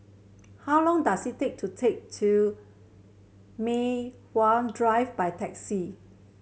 how long does it take to take to Mei Hwan Drive by taxi